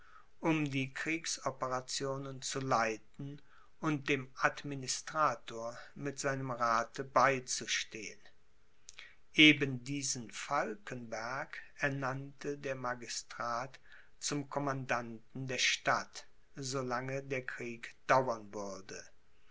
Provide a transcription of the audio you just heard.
um die kriegsoperationen zu leiten und dem administrator mit seinem rathe beizustehen eben diesen falkenberg ernannte der magistrat zum commandanten der stadt so lange der krieg dauern würde